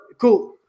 cool